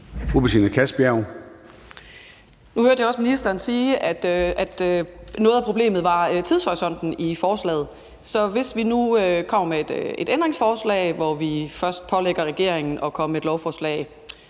Betina Kastbjerg (DD): Nu hørte jeg også ministeren sige, at noget af problemet var tidshorisonten i forslaget. Så hvis vi nu kommer med et ændringsforslag, hvor vi først pålægger regeringen at komme med et lovforslag,